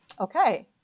Okay